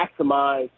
maximize